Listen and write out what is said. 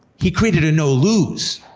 he created a no lose.